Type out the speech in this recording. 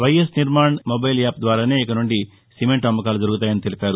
YS నిర్వాణ్ mobile app ద్వారానే ఇక నుండి సిమెంటు అమ్మకాలు జరుగుతాయని తెలిపారు